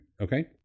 Okay